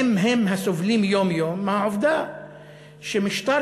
הם הם הסובלים יום-יום מהעובדה שמשטר